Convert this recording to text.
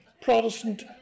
Protestant